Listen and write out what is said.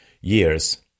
years